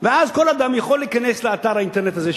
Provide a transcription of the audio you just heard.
ואז כל אדם יכול להיכנס לאתר האינטרנט הזה,